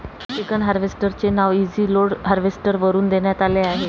chicken harvester चे नाव Easyload harvester वरून देण्यात आले आहे